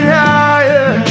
higher